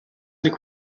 нэг